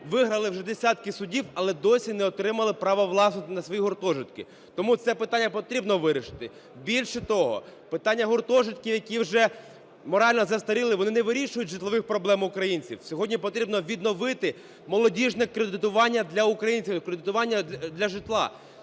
виграли вже десятки судів, але досі не отримали права власності на свої гуртожитки. Тому це питання потрібно вирішити. Більше того, питання гуртожитків, які вже морально застаріли, вони не вирішують житлових проблем українців. Сьогодні потрібно відновити молодіжне кредитування для українців, кредитування для житла.